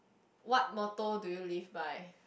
what motto do you live by